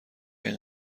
این